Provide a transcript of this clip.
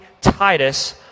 Titus